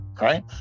right